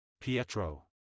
Pietro